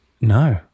no